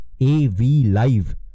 AVLIVE